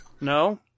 no